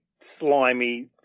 slimy